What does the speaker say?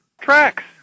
Tracks